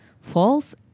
false